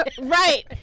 Right